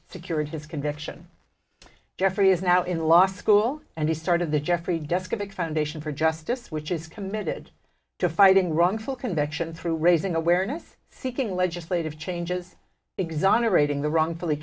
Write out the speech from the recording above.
secured his conviction jeffrey is now in law school and he started the jeffrey deskovic foundation for justice which is committed to fighting wrongful conviction through raising awareness seeking legislative changes exonerating the wrongfully